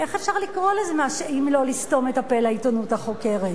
איך אפשר לקרוא לזה אם לא לסתום את הפה לעיתונות החוקרת?